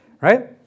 right